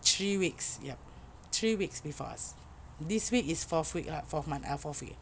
three weeks yup three weeks before us this week is fourth week ah fourth month uh fourth week